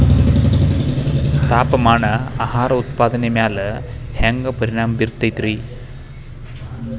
ತಾಪಮಾನ ಆಹಾರ ಉತ್ಪಾದನೆಯ ಮ್ಯಾಲೆ ಹ್ಯಾಂಗ ಪರಿಣಾಮ ಬೇರುತೈತ ರೇ?